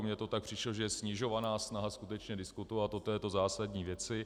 Mně to tak přišlo, že je snižována snaha skutečně diskutovat o této zásadní věci.